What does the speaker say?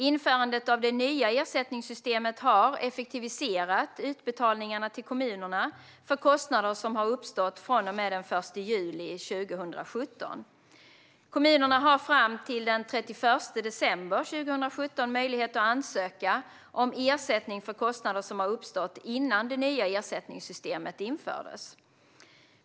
Införandet av det nya ersättningssystemet har effektiviserat utbetalningarna till kommunerna för kostnader som uppstått från och med den 1 juli 2017. Kommunerna har fram till den 31 december 2017 möjlighet att ansöka om ersättning för kostnader som uppstått innan det nya ersättningssystemet infördes.